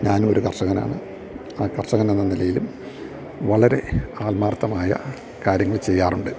ഞാനുമൊരു കർഷകനാണ് ആ കർഷകനെന്ന നിലയിലും വളരെ ആത്മാര്ത്ഥമായ കാര്യങ്ങൾ ചെയ്യാറുണ്ട്